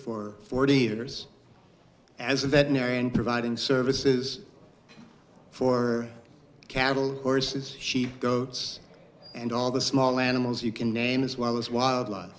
for forty years as a veterinarian providing services for cattle horses sheep goats and all the small animals you can name as well as wildlife